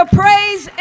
praise